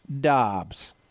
Dobbs